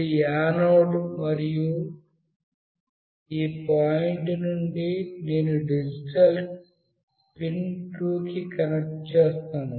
ఇది యానోడ్ మరియు ఈ పాయింట్ నుండి నేను డిజిటల్ పిన్ 2 కి కనెక్ట్ చేస్తాను